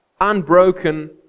unbroken